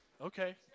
okay